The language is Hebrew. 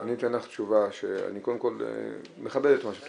אני אתן לך תשובה שקודם כל אני מכבד את מה שאת